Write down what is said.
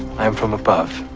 i am from above